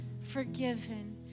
forgiven